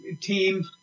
team